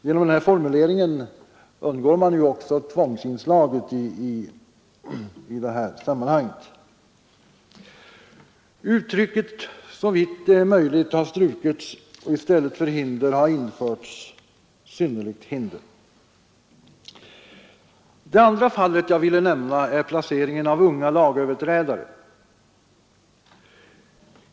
Genom denna formulering undgår man ju också tvångsinslaget i sammanhanget. Uttrycket ”såvitt det är möjligt” har strukits, och i stället för ”hinder” har införts ”synnerligt hinder”. Det andra fallet jag ville nämna är placeringen av unga lagöverträdare.